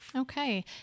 Okay